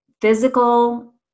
physical